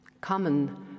common